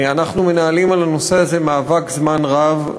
אנחנו מנהלים על הנושא הזה מאבק זמן רב,